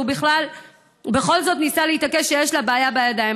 והוא בכל זאת ניסה להתעקש שיש לה בעיה בידיים.